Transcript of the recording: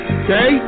okay